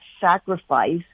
sacrifice